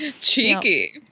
Cheeky